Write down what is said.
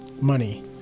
money